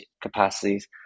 capacities